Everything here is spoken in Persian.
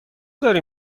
داری